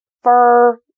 Fur